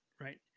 Right